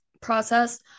process